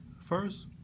first